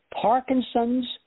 Parkinson's